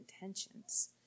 intentions